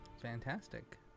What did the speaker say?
fantastic